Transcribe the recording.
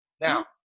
now